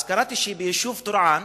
אז קראתי שביישוב טורעאן,